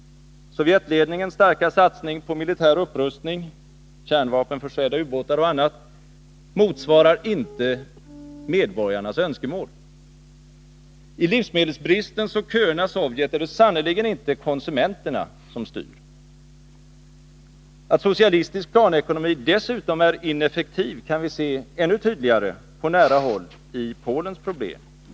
Sovjetledningens starka satsning på militär upprustning — med kärnvapenförsedda ubåtar och annat — motsvarar inte medborgarnas önskemål. I livsmedelsbristens och köernas Sovjet är det sannerligen inte konsumenterna som styr. Att socialistisk planekonomi dessutom är ineffektiv kan vi se ännu tydligare på nära håll, i Polens problem.